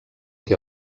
que